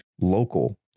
local